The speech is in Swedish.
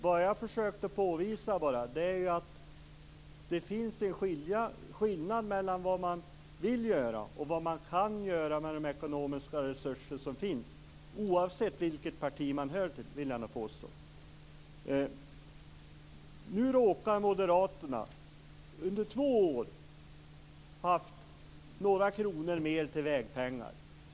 Vad jag försökte påvisa var att det finns en skillnad mellan vad man vill göra och vad man kan göra med de ekonomiska resurser som finns, oavsett vilket parti man hör till. Nu råkar moderaterna under två år ha haft några kronor mer till vägar.